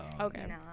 Okay